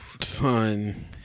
Son